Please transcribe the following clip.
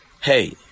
Hey